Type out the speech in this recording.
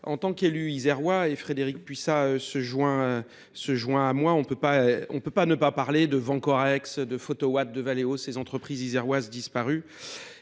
en tant qu'élu isèreois, et Frédéric Puyssa se joint à moi, on ne peut pas ne pas parler de Vancorax, de Photowatt, de Valeo, ces entreprises iséroises disparues.